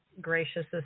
gracious